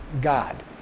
God